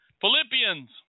Philippians